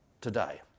today